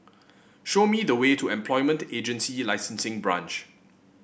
show me the way to Employment Agency Licensing Branch